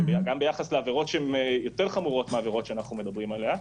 גם ביחס לעבירות שהן חמורות יותר מהעבירות שאנחנו מדברים עליהן.